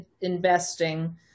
investing